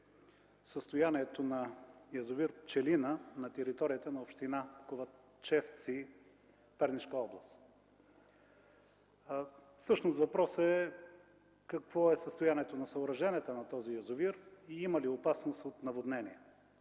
състоянието на язовир „Пчелина” на територията на община Ковачевци, Пернишка област. Всъщност въпросът е какво е състоянието на съоръженията на този язовир и има ли опасност от наводнения?